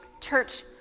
Church